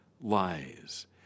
lies